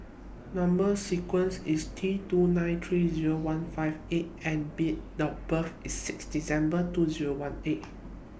Number sequence IS T two nine three Zero one five eight and B The birth IS six December two Zero one eight